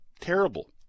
terrible